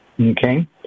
Okay